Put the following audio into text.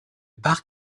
parc